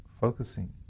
focusing